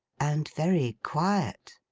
and very quiet,